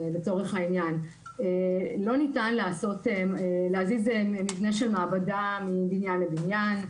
לצורך העניין לא ניתן להזיז מבנה של מעבדה מבניין לבניין.